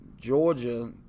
Georgia